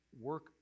work